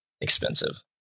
expensive